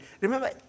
Remember